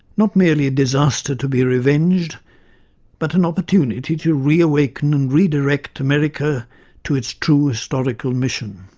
not merely a disaster to be revenged but an opportunity to reawaken and redirect america to its true historic and mission.